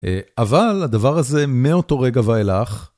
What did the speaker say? אבל הדבר הזה מאותו רגע ואילך.